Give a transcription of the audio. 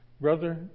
Brother